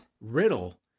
Riddle